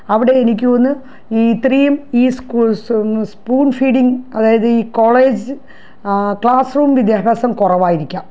അവിടെ എനിക്കോന്ന് ഇത്രയും ഈ സ്കൂൾ സു സ്പൂൺ ഫീഡിങ് അതായത് ഈ കോളേജ് ക്ലാസ് റൂം വിദ്യാഭ്യാസം കുറവായിരിക്കാം